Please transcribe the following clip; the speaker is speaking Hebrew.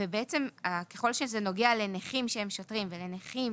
וככל שזה נוגע לנכים שהם שוטרים ולנכים